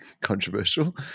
controversial